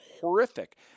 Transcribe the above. horrific